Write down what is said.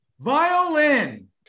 Violin